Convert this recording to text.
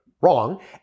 wrong